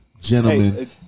gentlemen